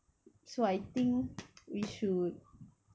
so I think we should